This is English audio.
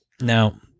Now